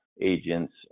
agents